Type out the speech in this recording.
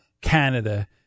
Canada